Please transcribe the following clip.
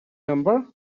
number